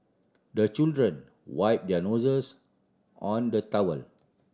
the children wipe their noses on the towel